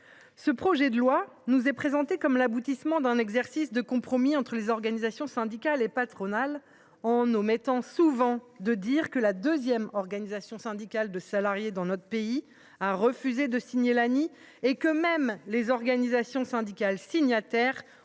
Ce projet de loi nous est présenté comme l’aboutissement d’un compromis entre les organisations syndicales et patronales ; mais l’on omet souvent de dire que la deuxième organisation syndicale de salariés de notre pays a refusé de signer l’ANI et que les organisations syndicales signataires